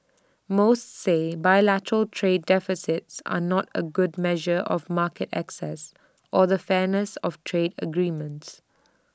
most say bilateral trade deficits are not A good measure of market access or the fairness of trade agreements